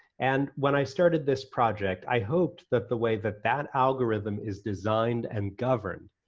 and when i started this project i hoped that the way that that algorithm is designed and governed,